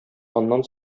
аннан